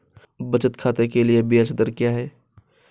बचत खाते के लिए ब्याज दर क्या है?